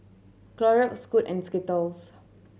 Clorox Scoot and Skittles